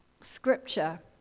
scripture